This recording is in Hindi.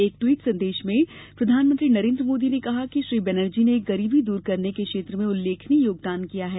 एक ट्वीट संदेश में प्रधानमंत्री नरेन्द्र मोदी ने कहा है कि श्री बैनर्जी ने गरीबी दूर करने के क्षेत्र में उल्लेखनीय योगदान किया है